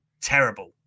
Terrible